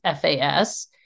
FAS